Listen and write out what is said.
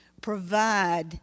provide